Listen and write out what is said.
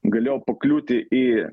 galėjo pakliūti į